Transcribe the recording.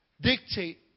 dictate